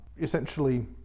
essentially